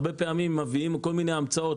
הרבה פעמים מביאים כל מיני המצאות.